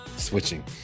switching